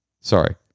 Sorry